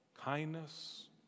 kindness